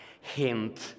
hint